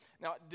Now